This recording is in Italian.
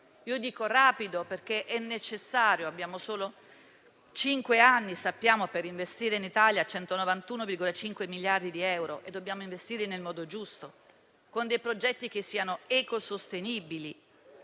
infatti che abbiamo solo cinque anni per investire in Italia 191,5 miliardi di euro e dobbiamo investirli nel modo giusto, con progetti che siano ecosostenibili.